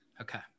Okay